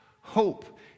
Hope